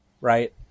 right